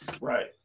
right